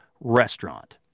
restaurant